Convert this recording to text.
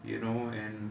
you know and